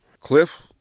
Cliff